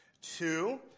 Two